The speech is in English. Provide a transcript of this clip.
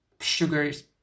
sugars